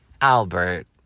Albert